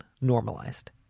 normalized